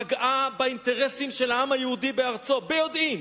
פגעה באינטרסים של העם היהודי בארצו ביודעין,